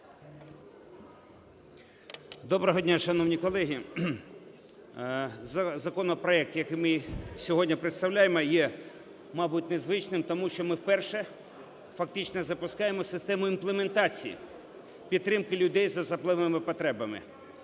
Доброго дня, шановні колеги. Законопроект, який ми сьогодні представляємо. Є, мабуть, незвичним, тому що ми вперше фактично запускаємо систему імплементації підтримки людей з особливими потребами.